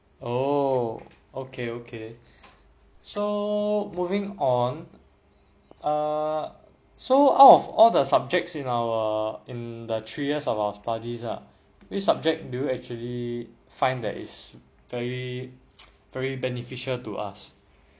oh okay okay so moving on err so out of all the subjects in our in the three years of our studies ah which subject do actually find that is very very beneficial to us